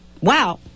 wow